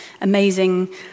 amazing